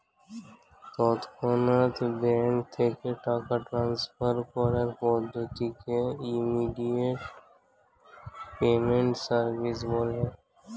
তৎক্ষণাৎ ব্যাঙ্ক থেকে টাকা ট্রান্সফার করার পদ্ধতিকে ইমিডিয়েট পেমেন্ট সার্ভিস বলে